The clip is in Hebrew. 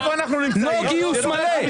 לא גיוס מלא,